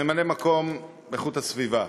ממלא-מקום השר להגנת הסביבה,